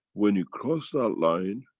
when you cross that line,